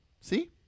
see